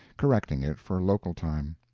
correcting it for local time.